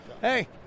Hey